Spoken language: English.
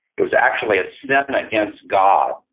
it was actually a sin and against god,